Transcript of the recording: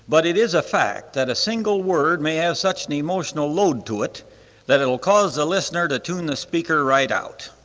but it is a fact that a single word may have such an emotional load to it that it will cause the listener to tune the speaker right out.